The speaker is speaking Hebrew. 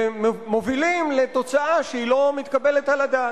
ומובילים לתוצאה שאינה מתקבלת על הדעת.